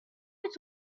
its